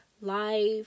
life